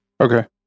Okay